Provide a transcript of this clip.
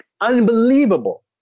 unbelievable